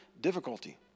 difficulty